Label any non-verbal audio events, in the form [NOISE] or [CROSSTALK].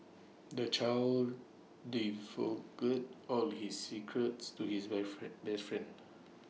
the child [UNINTELLIGIBLE] all his secrets to his best friend best friend